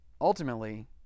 ultimately